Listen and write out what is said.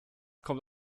kommt